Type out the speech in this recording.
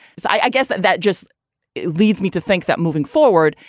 so i guess that just leads me to think that moving forward,